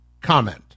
comment